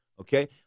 okay